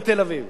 אתה שומע?